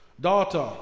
Daughter